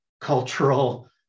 cultural